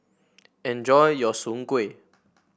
enjoy your Soon Kuih